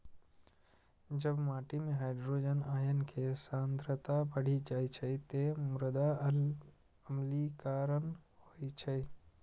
जब माटि मे हाइड्रोजन आयन के सांद्रता बढ़ि जाइ छै, ते मृदा अम्लीकरण होइ छै